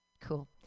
cool